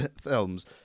films